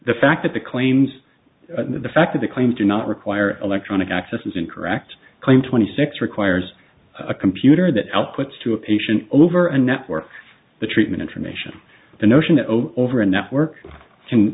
the fact that the claims the fact that the claims do not require electronic access is incorrect claim twenty six requires a computer that outputs to a patient over a network the treatment information the notion that over a network can